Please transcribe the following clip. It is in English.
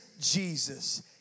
Jesus